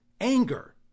anger